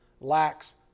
lacks